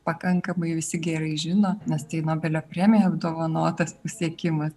pakankamai visi gerai žino nes tai nobelio premija apdovanotas pasiekimas